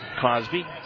Cosby